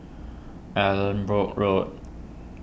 Allanbrooke Road